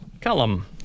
Callum